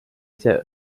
ise